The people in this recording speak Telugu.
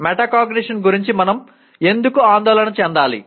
మెటాకాగ్నిషన్ గురించి మనం ఎందుకు ఆందోళన చెందాలి